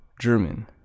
German